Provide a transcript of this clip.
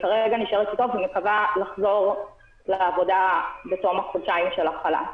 כרגע נשארת איתו ומקווה לחזור לעבודה בתום החודשיים של החל"ת.